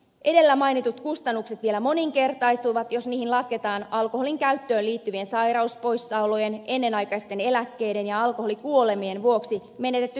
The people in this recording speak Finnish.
edellä mainitut kustannukset vielä moninkertaistuvat jos niihin lasketaan alkoholinkäyttöön liittyvien sairauspoissaolojen ennenaikaisten eläkkeiden ja alkoholikuolemien vuoksi menetetty työpanos